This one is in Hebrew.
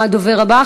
הדובר הבא,